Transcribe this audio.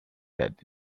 that